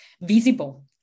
visible